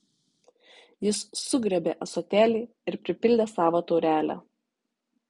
jis sugriebė ąsotėlį ir pripildė savo taurelę